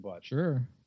Sure